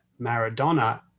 Maradona